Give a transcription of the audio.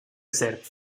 ser